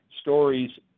stories